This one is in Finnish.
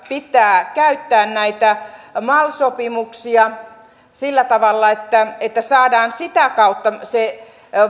pitää käyttää näitä mal sopimuksia sillä tavalla että että saadaan sitä kautta se